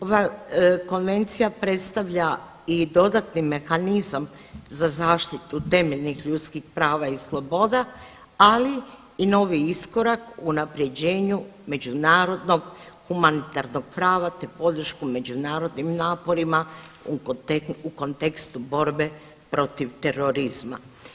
Ova Konvencija predstavlja i dodatni mehanizam za zaštitu temeljnih ljudskih prava i sloboda, ali i novi iskorak unapređenju međunarodnog humanitarnog prava te podršku međunarodnim naporima u kontekstu borbe protiv terorizma.